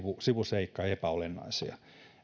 sivuseikka epäolennaisia